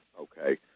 okay